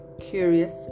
curious